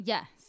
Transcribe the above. Yes